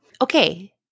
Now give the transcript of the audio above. Okay